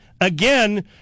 again